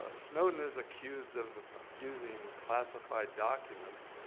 ah snowden is accused of abusing classified documents.